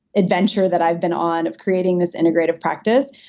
adventure that i've been on of creating this integrative practice.